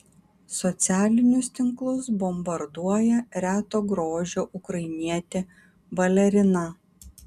socialinius tinklus bombarduoja reto grožio ukrainietė balerina